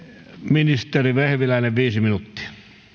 ministeri vehviläinen viisi minuuttia